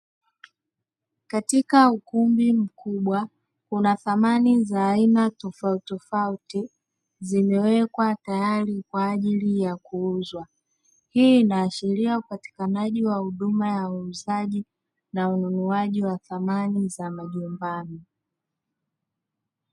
Katika ukumbi mkubwa unasamani za aina tofautitofauti zimewekwa tayari kwa ajili ya kuuzwa, hii inaashiria upatikanaji wa huduma ya uuzaji na ununuaji wa samani za majumbani.